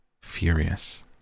furious